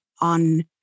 on